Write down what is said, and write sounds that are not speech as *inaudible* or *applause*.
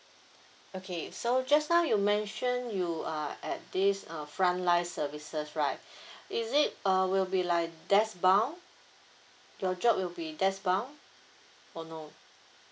okay so just now you mentioned you are at this uh frontline services right *breath* is it uh will be like desk bound your job will be desk bound or no